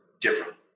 different